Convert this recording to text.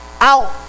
out